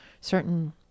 certain